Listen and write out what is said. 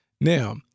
Now